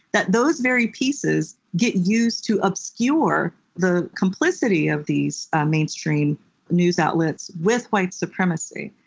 that those very pieces get used to obscure the complicity of these mainstream news outlets with white supremacy.